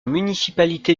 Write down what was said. municipalité